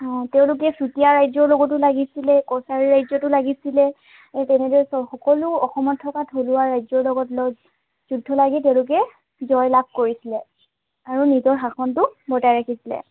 অ তেওঁলোকে চুতীয়া ৰাজ্যৰ লগতো লাগিছিলে কছাৰী ৰজ্যতো লাগিছিলে এ তেনেদৰে সকলো অসমৰ থকা থলুৱা ৰাজ্যৰ লগত যুদ্ধ লাগি তেওঁলোকে জয়লাভ কৰিছিলে আৰু নিজৰ শাসনটো বজাই ৰাখিছিলে